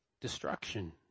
destruction